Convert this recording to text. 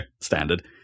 standard